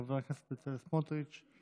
חבר הכנסת בצלאל סמוטריץ'.